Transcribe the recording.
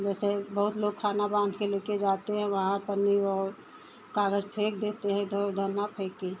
जैसे बहुत लोग खाना बाँधकर ले जाते हैं वहाँ पन्नी और कागज फेंक देते हैं इधर उधर न फेंकें